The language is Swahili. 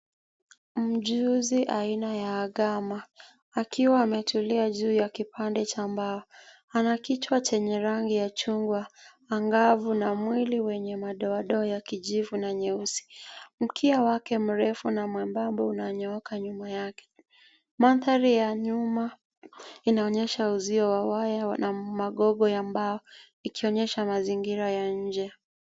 Mjusi aina ya agama. Akiwa ametulia juu ya kipande cha mbao. Ana kichwa chenye rangi ya chungwa angavu na mwili wenye madoadoa ya kijivu na nyeusi. Mkia wake mrefu na mwembamba unanyooka nyuma yake. Manthari ya nyuma inaonyesha uzio wa waya wana magogo ya mbao ikionyesha mazingira ya nje.